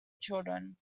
children